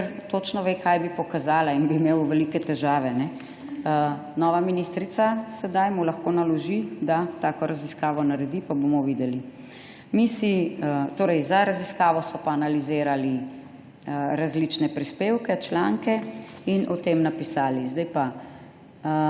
ker točno ve, kaj bi pokazala, in bi imel velike težave. Nova ministrica sedaj mu lahko naloži, da tako raziskavo naredi, pa bomo videli. Za raziskavo so pa analizirali različne prispevke, članke in o tem napisali. Zdaj pa